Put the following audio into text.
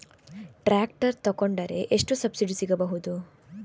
Tractor ತೊಕೊಂಡರೆ ಎಷ್ಟು subsidy ಸಿಗಬಹುದು?